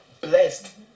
blessed